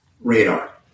radar